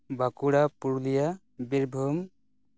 Bankura Purulia Birbhum